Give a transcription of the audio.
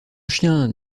chien